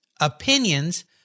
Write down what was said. opinions